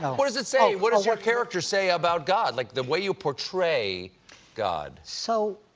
what does it say, what does your character say about god? like, the way you portray god? so,